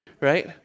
right